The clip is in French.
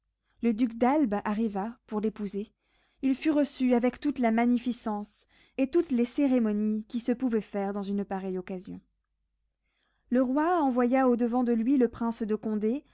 le duc d'albe arriva pour l'épouser il fut reçu avec toute la magnificence et toutes les cérémonies qui se pouvaient faire dans une pareille occasion le roi envoya au-devant de lui le prince de condé